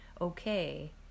okay